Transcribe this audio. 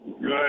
good